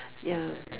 ya